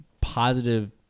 positive